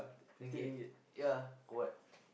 ringgit ya for what